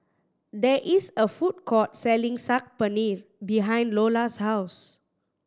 there is a food court selling Saag Paneer behind Iola's house